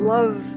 Love